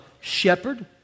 Shepherd